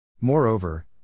Moreover